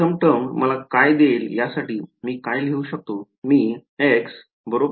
प्रथम टर्म मला काय देईल यासाठी मी काय लिहू शकतो